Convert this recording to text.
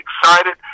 excited